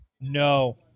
No